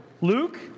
Luke